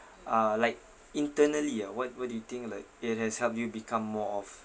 uh like internally ah what what do you think like it has helped you become more of